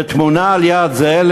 ויש תמונה ליד זה,